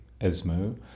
ESMO